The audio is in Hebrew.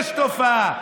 יש תופעה.